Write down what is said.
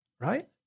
right